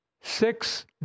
six